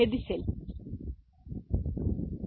हे दिसेल की हे लहान a आहे